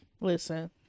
listen